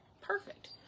Perfect